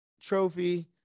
trophy